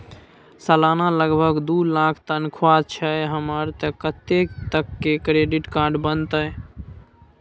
सलाना लगभग दू लाख तनख्वाह छै हमर त कत्ते तक के क्रेडिट कार्ड बनतै?